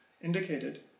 indicated